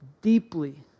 Deeply